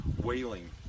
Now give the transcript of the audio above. wailing